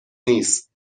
نیست